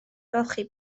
golchi